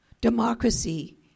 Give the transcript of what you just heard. democracy